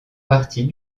partie